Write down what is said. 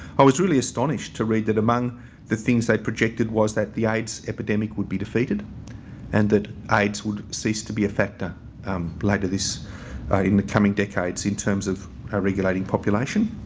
i was really astonished to read that among the things they projected was that the aids epidemic would be defeated and that aids would cease to be a factor um later this in the coming decades in terms of our regulating population.